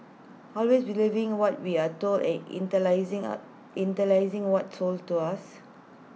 always believing what we are told and internalising are internalising what's sold to us